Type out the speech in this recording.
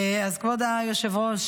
אז כבוד היושב-ראש,